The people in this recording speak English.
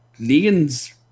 Negan's